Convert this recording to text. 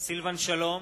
סילבן שלום,